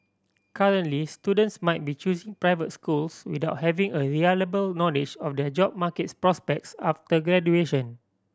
currently students might be choosing private schools without having a reliable knowledge of their job markets prospects after graduation